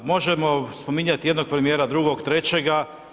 Možemo spominjati jednog premijera, drugog, trećega.